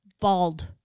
Bald